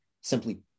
simply